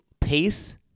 pace